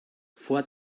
vor